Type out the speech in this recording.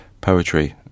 poetry